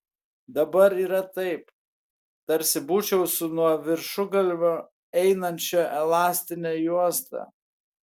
dabar yra taip tarsi būčiau su nuo viršugalvio einančia elastine juosta